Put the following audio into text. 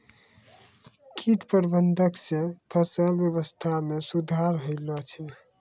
कीट प्रबंधक से फसल वेवस्था मे सुधार होलो छै